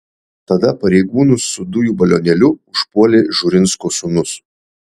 tada pareigūnus su dujų balionėliu užpuolė žurinsko sūnus